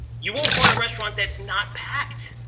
you won't find a restaurant that's not packed.